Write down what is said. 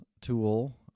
tool